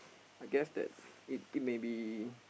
I guess that it it may be